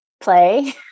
play